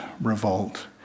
revolt